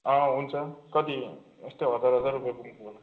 अँ हुन्छ कति यस्तो हजार हजार रुपियाँ पुग्थ्यो